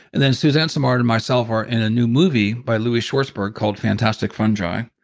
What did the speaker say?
then suzanne simard and myself are in a new movie by louie schwartzberg called fantastic fungi.